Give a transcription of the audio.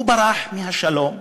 הוא ברח מהשלום,